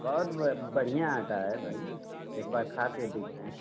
बहुत बढ़िया आटा है भाई एक बार खा के देखिए